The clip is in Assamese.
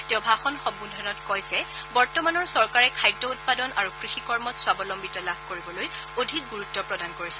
তেওঁ ভাষণ সম্বোধানত কয় যে বৰ্তমানৰ চৰকাৰে খাদ্য উৎপাদন আৰু কৃষি কৰ্মত স্বাবলদ্বিতা লাভ কৰিবলৈ অধিক গুৰুত্ব প্ৰদান কৰিছে